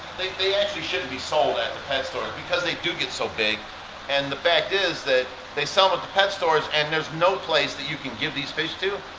they actually shouldn't be sold at the pet store because they do get so big and the fact is that they sell them at the pet stores and there's no place that you can give these fish to,